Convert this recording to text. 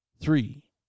three